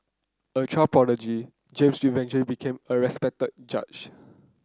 a child prodigy James eventually became a respected judge